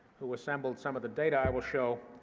who assembled some of the data i will show,